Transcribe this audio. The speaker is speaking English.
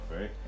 right